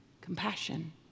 Compassion